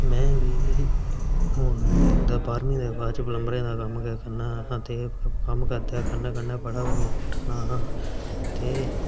में बी हून ओह्दे बाह्रमीं दे बाद च पल्मबरें दा गै कम्म करना ऐ ते कम्म करदे कन्नै कन्नै पढ़ाऽ बी करना आं ते